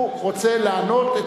הוא רוצה לענות.